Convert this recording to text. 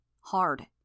Hard